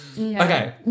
Okay